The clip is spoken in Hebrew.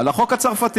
על החוק הצרפתי,